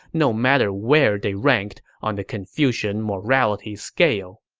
no matter where they ranked on the confucian morality scale